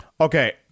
okay